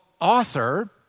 author